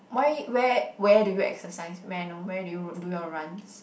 why where where do you exercise may I know where do you do your runs